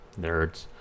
Nerds